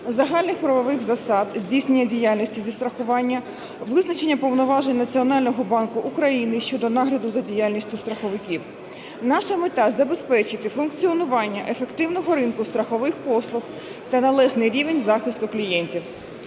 загальних правових засад здійснення діяльності зі страхування, визначення повноважень Національного банку України щодо нагляду за діяльністю страховиків. Наша мета – забезпечити функціонування ефективного ринку страхових послуг та належний рівень захисту клієнтів.